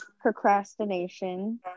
procrastination